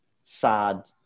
sad